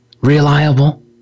reliable